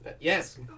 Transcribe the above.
Yes